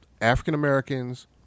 African-Americans